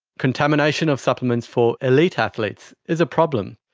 contamination of supplements for elite athletes is a problem.